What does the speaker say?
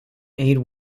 aid